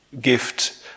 gift